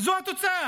זו התוצאה.